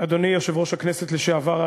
אדוני יושב-ראש הכנסת לשעבר,